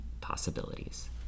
possibilities